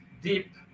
deep